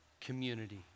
community